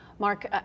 Mark